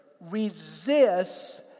resists